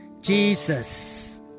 Jesus